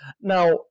Now